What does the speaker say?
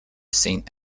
saint